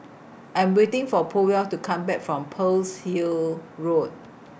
I Am waiting For Powell to Come Back from Pearl's Hill Road